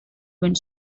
wind